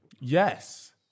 Yes